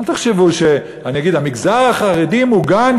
אל תחשבו שאני אגיד: המגזר החרדי מוגן,